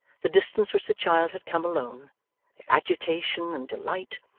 the distance which the child had come alone, their agitation and delight,